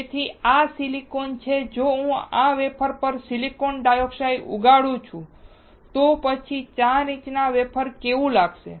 તેથી આ સિલિકોન છે જો હું આ વેફર પર સિલિકોન ડાયોક્સાઇડ ઉગાડું તો પછી આ 4 ઇંચનું વેફર કેવું લાગશે